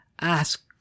Ask